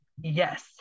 yes